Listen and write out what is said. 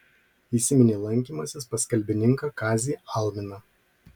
įsiminė lankymasis pas kalbininką kazį alminą